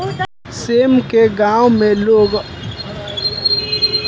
सेम के गांव में लोग अपनी दुआरे पअ ही लगा देहल जाला